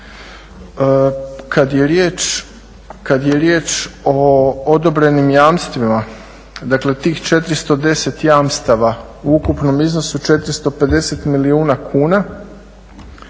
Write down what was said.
Kada je riječ o odobrenim jamstvima, dakle tih 410 jamstava u ukupnom iznosu 450 milijuna kuna